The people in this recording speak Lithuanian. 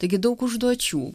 taigi daug užduočių